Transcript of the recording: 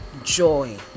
joy